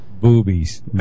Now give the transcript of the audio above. boobies